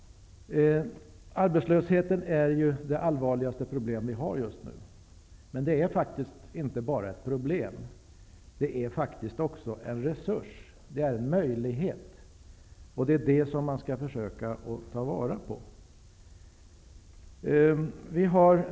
Arbetslösheten är ju det allvarligaste problem vi har just nu, men det är inte bara ett problem utan faktiskt också en resurs. Det är en möjlighet, och den skall man försöka ta vara på.